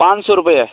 पाँच सौ रुपये